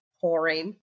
pouring